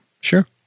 Sure